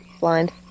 blind